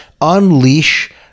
unleash